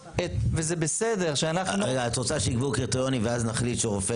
את רוצה שיקבעו קריטריונים ואז נחליט שרופא